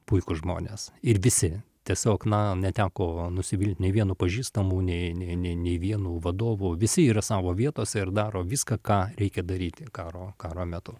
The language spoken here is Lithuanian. puikūs žmonės ir visi tiesiog na neteko nusivilt nei vienu pažįstamu nei nei nei nei vienu vadovu visi yra savo vietose ir daro viską ką reikia daryti karo karo metu